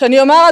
ואני אומַר,